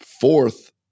fourth